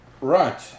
right